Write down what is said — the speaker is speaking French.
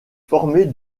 formée